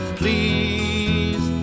please